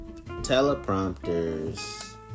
teleprompters